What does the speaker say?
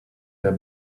were